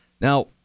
Now